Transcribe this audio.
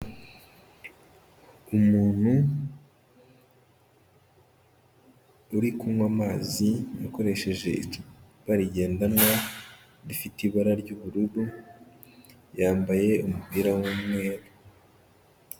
Umuntu uri kunywa amazi akoresheje ijupa rigendanwa, rifite ibara ry'ubururu, yambaye umupira w'umweru.